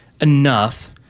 enough